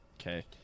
Okay